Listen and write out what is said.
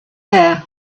air